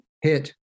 hit